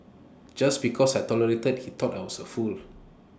just because I tolerated he thought I was A fool